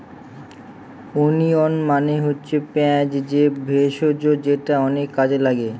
onion মানে হচ্ছে পেঁয়াজ যে ভেষজ যেটা অনেক কাজে লাগে